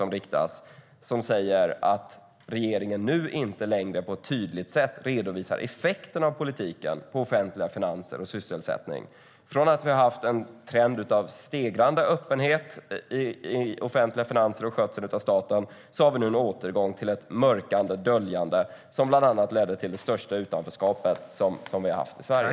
Man säger att regeringen nu inte längre på ett tydligt sätt redovisar effekten av politiken på offentliga finanser och sysselsättning. Från att vi haft en trend av stegrande öppenhet i offentliga finanser och skötsel av staten har vi nu en återgång till det mörkande och döljande som bland annat ledde till det största utanförskapet vi haft i Sverige.